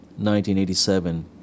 1987